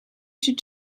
should